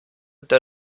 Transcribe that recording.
der